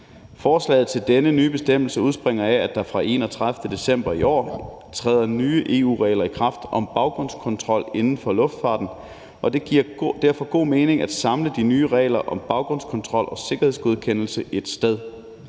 Forslaget til denne nye bestemmelse udspringer af, at der fra den 31. december i år træder nye EU-regler i kraft om baggrundskontrol inden for luftfarten, og det giver derfor god mening at samle de nye regler om baggrunskontrol og sikkerhedsgodkendelse ét sted.